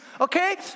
Okay